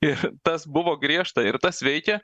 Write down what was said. ir tas buvo griežta ir tas veikė